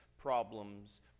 Problems